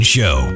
Show